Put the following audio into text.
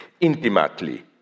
intimately